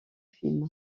film